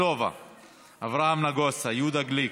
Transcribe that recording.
אברהם נגוסה, יהודה גליק,